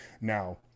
now